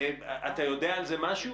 אתה יודע על זה משהו?